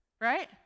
Right